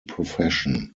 profession